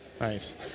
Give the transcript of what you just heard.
Nice